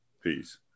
Peace